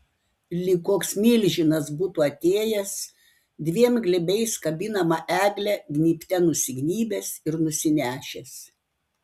lyg koks milžinas būtų atėjęs dviem glėbiais kabinamą eglę gnybte nusignybęs ir nusinešęs